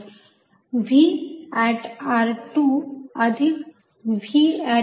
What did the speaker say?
V at r 2 plus V at r 1